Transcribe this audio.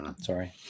Sorry